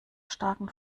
starken